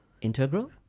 Integral